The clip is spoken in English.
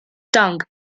tongue